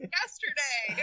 yesterday